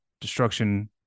destruction